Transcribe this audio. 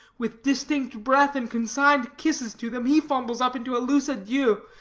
with distinct breath and consign'd kisses to them, he fumbles up into a loose adieu,